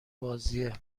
بازیه